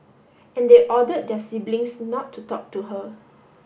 and they ordered their siblings not to talk to her